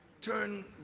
turn